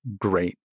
great